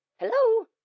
hello